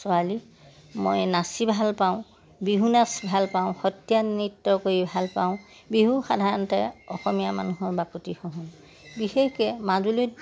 ছোৱালী মই নাচি ভাল পাওঁ বিহু নাচ ভাল পাওঁ সত্ৰীয়া নৃত্য কৰি ভাল পাওঁ বিহু সাধাৰণতে অসমীয়া মানুহৰ বাপতি সাহোন বিশেষকৈ মাজুলীত